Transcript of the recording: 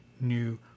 new